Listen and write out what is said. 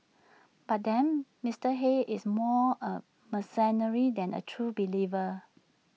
but then Mister Hayes is more A mercenary than A true believer